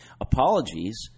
Apologies